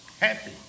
happy